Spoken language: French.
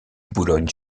boulogne